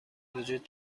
وجود